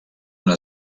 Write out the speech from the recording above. una